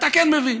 אתה כן מבין,